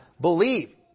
believe